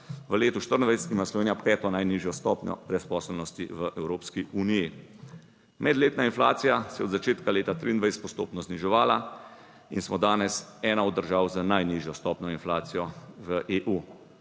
V letu 2024 ima Slovenija peto najnižjo stopnjo brezposelnosti v Evropski uniji. Medletna inflacija se je od začetka leta 2023 postopno zniževala. In smo danes ena od držav z najnižjo stopnjo inflacije v EU.